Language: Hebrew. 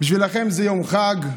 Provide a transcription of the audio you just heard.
בשבילכם זה יום חג.